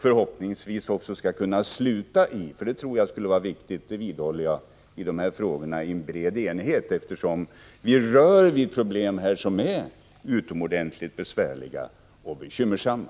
Förhoppningsvis kan denna debatt sluta — jag vidhåller att det är viktigt i dessa frågor — i en bred enighet, eftersom vi här berör problem som är utomordentligt besvärliga och bekymmersamma.